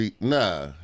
Nah